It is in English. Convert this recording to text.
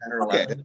Okay